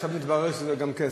עכשיו מתברר שזה גם כסף.